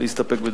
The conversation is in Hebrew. להסתפק בדברי.